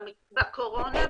בקורונה,